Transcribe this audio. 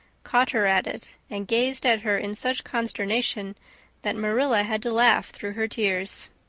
caught her at it and gazed at her in such consternation that marilla had to laugh through her tears.